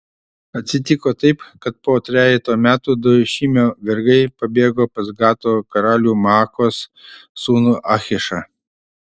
atsitiko taip kad po trejeto metų du šimio vergai pabėgo pas gato karalių maakos sūnų achišą